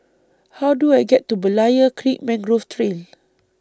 How Do I get to Berlayer Creek Mangrove Trail